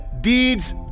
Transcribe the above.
deeds